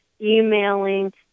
emailing